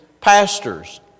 pastors